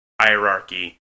hierarchy